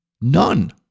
None